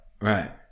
Right